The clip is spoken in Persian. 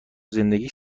زندگیش